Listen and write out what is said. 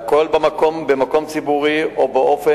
תשובת השר לביטחון פנים